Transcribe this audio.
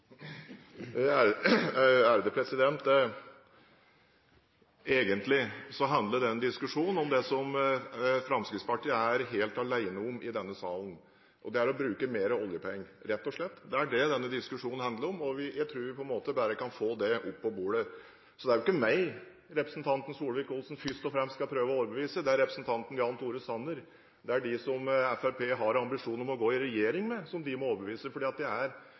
Egentlig handler denne diskusjonen om det som Fremskrittspartiet er helt alene om i denne salen. Det er å bruke mer oljepenger, rett og slett. Det er det denne diskusjonen handler om. Jeg tror vi bare kan få det opp på bordet. Så det er jo ikke meg representanten Solvik-Olsen først og fremst skal prøve å overbevise. Det er representanten Jan Tore Sanner, det er dem som Fremskrittspartiet har ambisjon om å gå i regjering med, som de må overbevise, for Fremskrittspartiet er helt alene om i Stortinget å ønske å bruke mer oljepenger. Det er